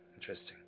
Interesting